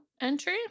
entry